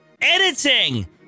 editing